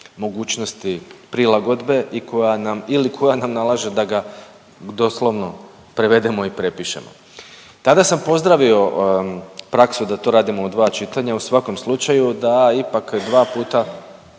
mogućnosti prilagodbe i koja nam ili koja nam nalaže da ga doslovno prevedemo i prepišemo. Tada sam pozdravio praksu da to radimo u dva čitanja u svakom slučaju da ipak dva puta